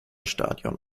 stadion